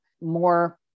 more